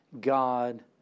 God